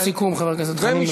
משפט סיכום, חבר הכנסת חנין.